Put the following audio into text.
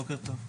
בוקר טוב.